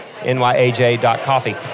nyaj.coffee